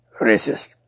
racist